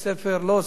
לא עושים את זה,